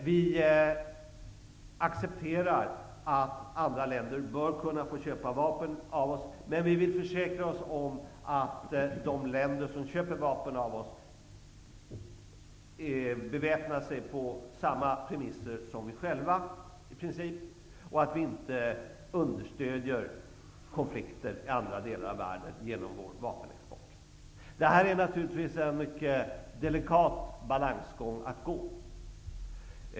Vi anser att andra länder bör kunna få köpa vapen av oss, men vi vill försäkra oss om att de länder som köper vapen av oss beväpnar sig på i princip samma premisser som vi själva gör och att vi inte understöder konflikter i andra delar av världen genom vår vapenexport. Det här är naturligtvis en mycket svår balansgång.